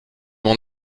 mon